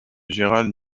gerald